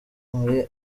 muri